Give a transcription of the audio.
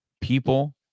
people